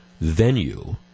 venue